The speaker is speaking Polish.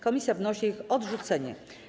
Komisja wnosi o ich odrzucenie.